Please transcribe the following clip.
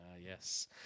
yes